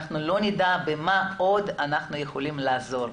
אנחנו לא נדע במה עוד אנחנו יכולים לעזור.